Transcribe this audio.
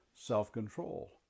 self-control